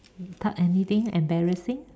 talk anything embarrassing